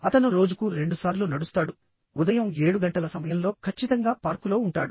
అతను రోజుకు రెండుసార్లు నడుస్తాడుఉదయం 7 గంటల సమయంలో ఖచ్చితంగా పార్కులో ఉంటాడు